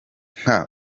nka